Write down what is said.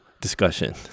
discussion